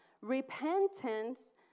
Repentance